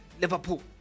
Liverpool